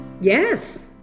Yes